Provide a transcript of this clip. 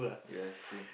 ya same